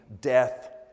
death